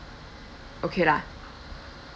okay lah